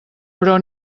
però